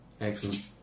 Excellent